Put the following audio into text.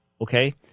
okay